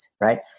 right